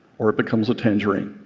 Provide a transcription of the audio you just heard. or it becomes a tangerine.